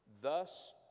Thus